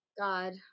god